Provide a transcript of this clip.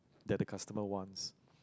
that the customer wants